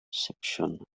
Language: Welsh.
sipsiwn